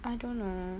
I don't know